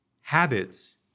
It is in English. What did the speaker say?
habits